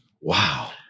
Wow